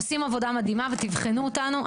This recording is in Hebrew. עושים עבודה מדהימה ותבחנו אותנו.